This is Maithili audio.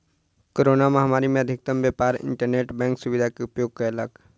कोरोना महामारी में अधिकतम व्यापार इंटरनेट बैंक सुविधा के उपयोग कयलक